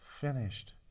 finished